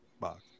box